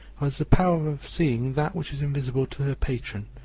who has the power of seeing that which is invisible to her patron,